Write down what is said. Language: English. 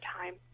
time